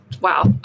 Wow